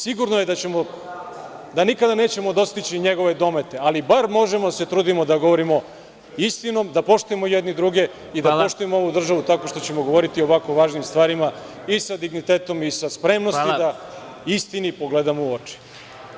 Sigurno je da nikada nećemo dostići njegove domete, ali bar možemo da se trudimo da govorimo istinom, da poštujemo jedni druge i da poštujemo ovu državu tako što ćemo govoriti o ovako važnim stvarima i sa dignitetom i sa spremnosti da istini pogledamo u oči.